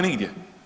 Nigdje.